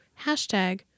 Hashtag